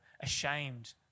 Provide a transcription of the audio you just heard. ashamed